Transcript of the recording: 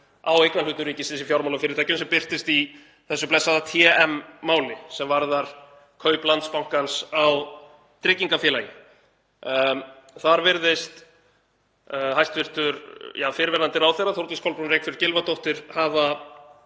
á eignarhlutum ríkisins í fjármálafyrirtækjum sem birtist í þessu blessaða TM-máli, sem varðar kaup Landsbankans á tryggingafélagi. Þar virðist hæstv. fyrrverandi ráðherra, Þórdís Kolbrún Reykfjörð Gylfadóttir, hafa